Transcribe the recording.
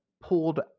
pulled